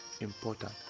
important